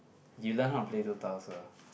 you learn how to play Dota also